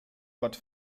gott